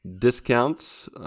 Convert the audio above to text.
discounts